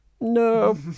No